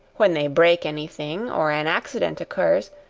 when they break any thing, or an accident occurs,